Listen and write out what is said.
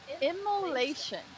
Immolation